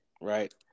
right